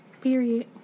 Period